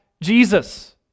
Jesus